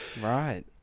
Right